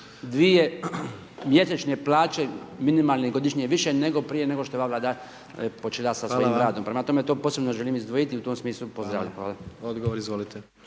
oko 2 mjesečne plaće minimalne godišnje više nego prije što je ova Vlada počela sa svojim radom …/Upadica: Hvala vam./… prema tome to posebno želim izdvojiti i u tom smislu pozdravljam. Hvala.